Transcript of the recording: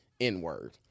n-word